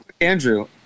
Andrew